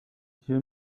hier